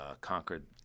Conquered